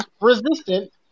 resistant